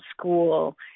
school